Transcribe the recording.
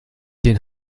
den